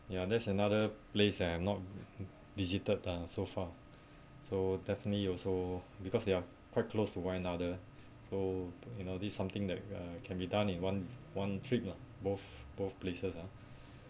ya that's another place I have not visited ah so far so definitely also because they are quite close to one another so you know this something that uh can be done in one one trip lah both both places ah